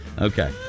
Okay